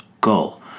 goal